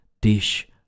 dish